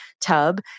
tub